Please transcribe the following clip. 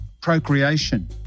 procreation